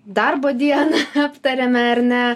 darbo dieną aptariame ar ne